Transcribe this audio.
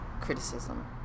criticism